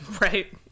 Right